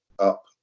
up